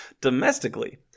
Domestically